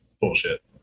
Bullshit